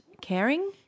caring